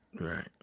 Right